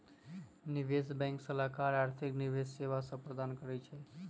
निवेश बैंक सलाहकार आर्थिक निवेश सेवा सभ प्रदान करइ छै